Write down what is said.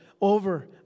over